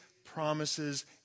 promises